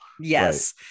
Yes